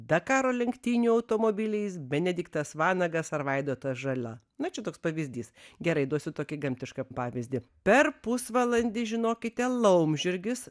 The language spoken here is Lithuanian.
dakaro lenktynių automobiliais benediktas vanagas ar vaidotas žala na čia toks pavyzdys gerai duosiu tokį gamtišką pavyzdį per pusvalandį žinokite laumžirgis